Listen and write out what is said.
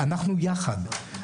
אז יופי.